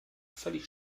völlig